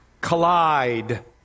collide